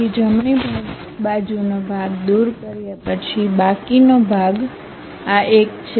તેથી જમણી બાજુનો ભાગ દૂર કર્યા પછી બાકીનો ભાગ આ એક છે